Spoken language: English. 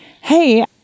hey